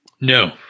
No